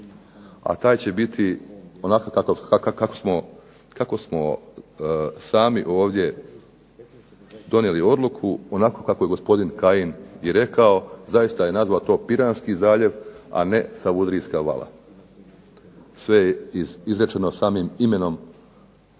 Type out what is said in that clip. a taj će biti onakav kako smo sami ovdje donijeli odluku, onako kako je gospodin Kajin i rekao, zaista je nazvao to Piranski zaljev, a ne Savudrijska vala. Sve je izrečeno samim imenom